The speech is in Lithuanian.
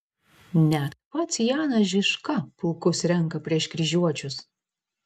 net pats janas žižka pulkus renka prieš kryžiuočius